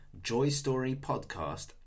joystorypodcast